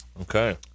Okay